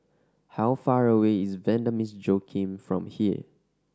how far away is Vanda Miss Joaquim from here